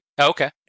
Okay